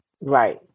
Right